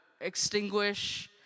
extinguish